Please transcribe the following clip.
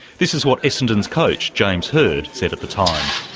this is what essendon's coach, james hird, said at the time.